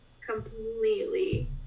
completely